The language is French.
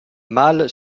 male